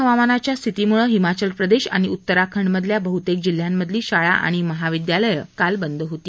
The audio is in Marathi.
खराब हवामानाच्या स्थितीमुळं हिमाचल प्रदेश आणि उत्तराखंडामधल्या बहुतेक जिल्ह्यांमधली शाळा आणि महाविदयालयं काल बंद होती